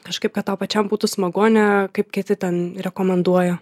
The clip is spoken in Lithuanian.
kažkaip kad tau pačiam būtų smagu o ne kaip kiti ten rekomenduoja